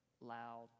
loud